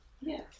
Yes